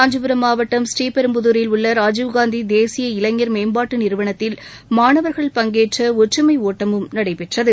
காஞ்சிபுரம் மாவட்டம் ஸ்ரீபெரும்புதூரில் உள்ள ராஜீவ்காந்தி தேசிய இளைஞர் மேம்பாட்டு நிறுவனத்தில் மாணவர்கள் பங்கேற்ற ஒற்றுமை ஒட்டமும் நடைபெற்றது